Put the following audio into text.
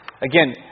Again